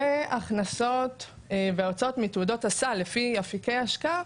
והכנסות והוצאות מתעודות הסל לפי אפיקי השקעה.